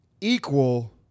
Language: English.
equal